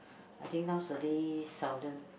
I think nowadays seldom